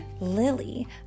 Lily